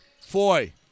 Foy